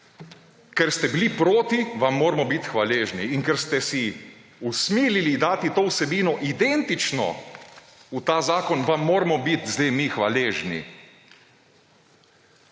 Ker ste bili proti, vam moramo biti hvaležni. In ker ste si usmilili dati to vsebino identično v ta zakon, vam moramo biti zdaj mi hvaležni.